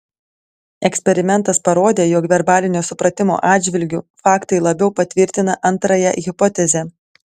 eksperimentas parodė jog verbalinio supratimo atžvilgiu faktai labiau patvirtina antrąją hipotezę